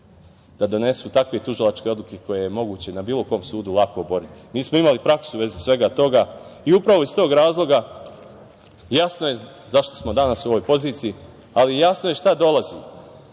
da donesu takve tužalačke odluke koje je moguće na bilo kom sudu lako oboriti. Imali smo praksu u vezi svega toga i upravo iz tog razloga jasno je zašto smo danas u ovoj poziciji, ali jasno je šta dolazi.